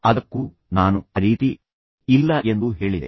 ಅದಕ್ಕೂ ನಾನು ಆ ರೀತಿ ಇಲ್ಲ ಎಂದು ಹೇಳಿದೆ